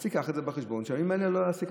אז תיקח את זה בחשבון, שבימים האלה הוא לא יעסוק.